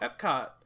Epcot